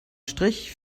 strich